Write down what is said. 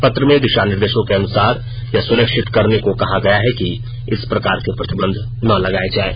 पत्र में दिशा निर्देशों के अनुसार यह सुनिश्चित करने को कहा है कि इस प्रकार के प्रतिबंध न लगाए जाएं